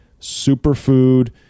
superfood